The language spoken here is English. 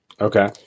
Okay